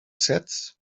sets